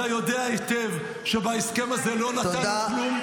אתה יודע היטיב שבהסכם הזה לא נתנו כלום.